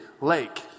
lake